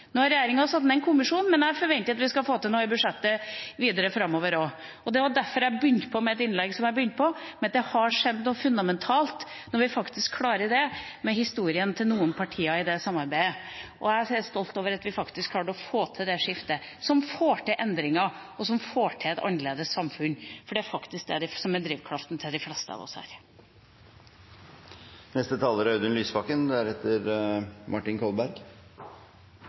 Nå har regjeringa satt ned en kommisjon, men jeg forventer at vi skal få til noe i budsjettet videre framover også. Det var derfor jeg begynte mitt innlegg som jeg gjorde, med at det har skjedd noe fundamentalt når vi faktisk klarer det – med historien til noen partier i det samarbeidet. Jeg er stolt over at vi faktisk klarte å få til det skiftet som får til endringer, og som får til et annerledes samfunn, for det er faktisk det som er drivkraften til de fleste av oss her.